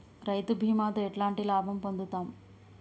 రైతు బీమాతో ఎట్లాంటి లాభం పొందుతం?